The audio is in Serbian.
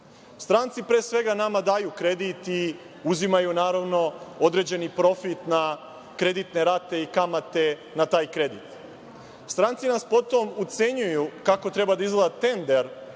ovde. Stranci pre svega nama daju kredit i uzimaju, naravno, određeni profit na kreditne rate i kamate na taj kredit. Stranci nas potom ucenjuju kako treba da izgleda tender